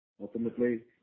Ultimately